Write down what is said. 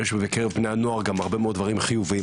ויש בקרב בני הנוער גם הרבה מאוד דברים חיוביים,